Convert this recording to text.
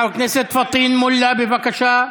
חבר הכנסת פטין מולא, בבקשה.